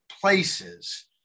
places